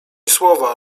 słowa